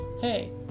hey